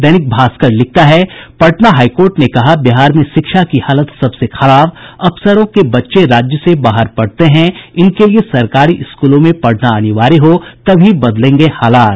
दैनिक भास्कर लिखता है पटना हाईकोर्ट ने कहा बिहार में शिक्षा की हालत सबसे खराब अफसरों के बच्चे राज्य से बाहर पढ़ते हैं इनके लिए सरकारी स्कूलों में पढ़ना अनिवार्य हो तभी बदलेंगे हालात